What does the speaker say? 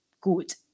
good